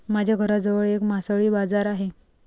माझ्या घराजवळ एक मासळी बाजार आहे